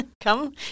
Come